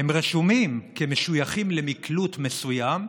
רשומים כמשויכים למקלוט מסוים,